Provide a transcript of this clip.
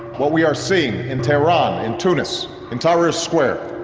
what we are seeing in teheran, in tunis, in tahrir square,